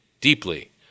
deeply